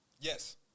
Yes